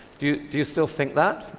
do you do you still think that?